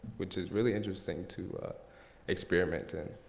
which is really interesting to experiment in.